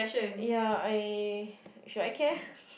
ya I should I care